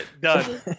Done